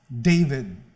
David